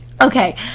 okay